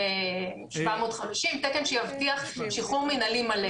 ל-13,750, תקן שיבטיח שחרור מינהלי מלא.